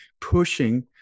pushing